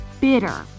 bitter